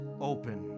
open